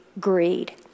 greed